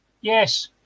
Yes